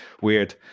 weird